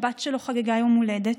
הבת שלו חגגה יום הולדת,